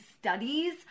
studies